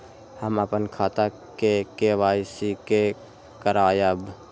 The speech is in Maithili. हम अपन खाता के के.वाई.सी के करायब?